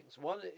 One